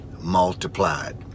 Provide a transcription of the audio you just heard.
multiplied